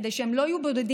כדי שהם לא יהיו בודדים,